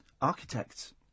architects